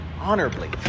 honorably